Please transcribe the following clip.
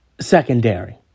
secondary